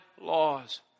laws